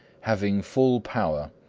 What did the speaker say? having full power.